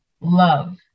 love